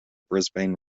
brisbane